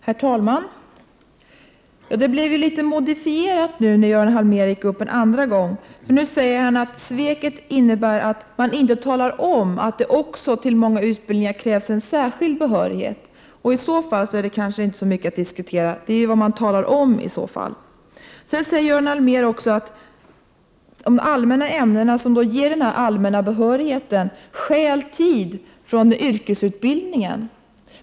Herr talman! Det Göran Allmér sade blev litet modifierat nu när han gick upp en andra gång. Nu säger han att sveket består i att man inte talar om att det för många utbildningar också krävs en särskild behörighet. I så fall är det kanske inte så mycket att diskutera. Göran Allmér säger också att de allmänna ämnena, som ger den allmänna behörigheten, stjäl tid från yrkesutbildningen.